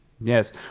Yes